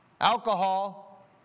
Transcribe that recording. Alcohol